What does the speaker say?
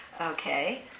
Okay